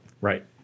Right